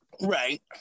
Right